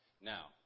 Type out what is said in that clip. Now